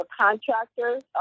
contractors